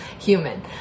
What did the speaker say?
human